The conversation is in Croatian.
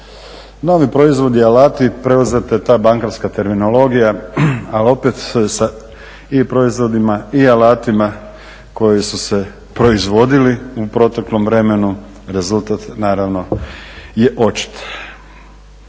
Novi proizvodi i alati, preuzeta je ta bankarska terminologija a opet sa i proizvodima i alatima koji su se proizvodili u proteklom vremenu rezultat naravno je očit.